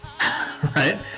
Right